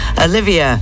Olivia